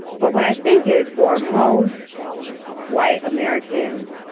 but what i think is for most white americans,